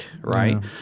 right